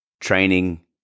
training